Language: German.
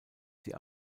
sie